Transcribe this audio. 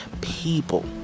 people